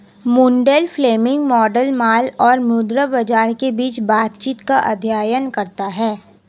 Mundell Fleming model माल और मुद्रा बाजार के बीच बातचीत का अध्ययन करता है